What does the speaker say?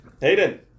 Hayden